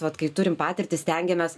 vat kai turim patirtį stengiamės